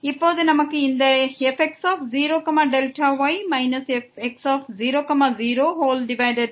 இப்போது நமக்கு இந்த fx0y fx00y க்கு Δy உள்ளது